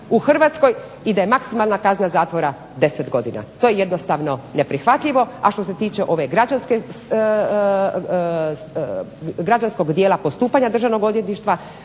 u Hrvatskoj i da je maksimalna kazna zatvora 10 godina. To je jednostavno neprihvatljivo. A što se tiče ove građanskog dijela postupanja Državno odvjetništva